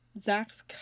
Zach's